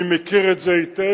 אני מכיר את זה היטב,